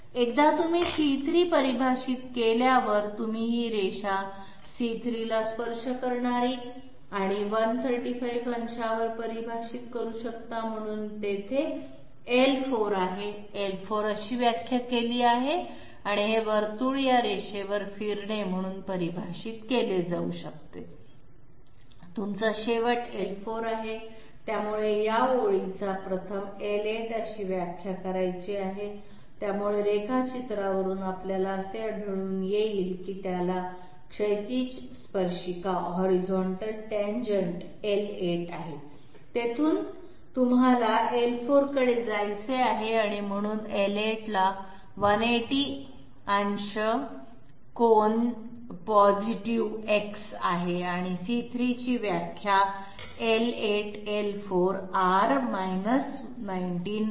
एकदा तुम्ही c3 परिभाषित केल्यावर तुम्ही ही रेषा c3 ला स्पर्श करणारी आणि 135 अंशांवर परिभाषित करू शकता म्हणून तेथे l4 आहे l4 अशी व्याख्या केली आहे आणि हे वर्तुळ या रेषेवर फिरणे म्हणून परिभाषित केले जाऊ शकते तुमचा शेवट l4 आहे त्यामुळे या ओळीचा प्रथम l8 अशी व्याख्या करायची आहे त्यामुळे रेखाचित्रावरून आपल्याला असे आढळून आले की त्याला क्षैतिज स्पर्शिका l8 आहे तिथून तुम्हाला l4 कडे जायचे आहे आणि म्हणून l8 ला 180 अंश कोन धनात्मक Xve X आहे आणि c3 ची व्याख्या l8 l4 R 19